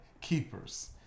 keepers